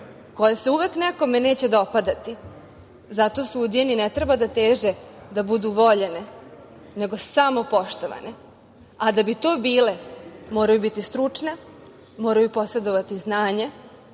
koje se uvek nekome neće dopadati. Zato sudije ni ne treba da teže da budu voljene, nego samo poštovane, a da bi to bile moraju biti stručne, moraju posedovati znanja